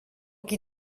qui